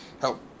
help